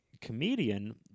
comedian